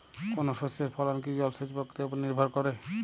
কোনো শস্যের ফলন কি জলসেচ প্রক্রিয়ার ওপর নির্ভর করে?